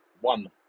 one